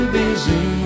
busy